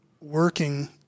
working